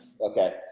Okay